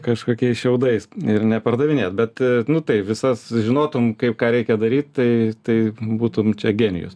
kažkokiais šiaudais ir nepardavinėt bet nu tai visas žinotum kaip ką reikia daryti tai tai būtum čia genijus